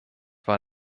war